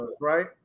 right